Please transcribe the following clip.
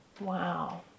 Wow